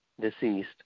deceased